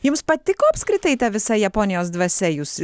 jums patiko apskritai ta visa japonijos dvasia jūs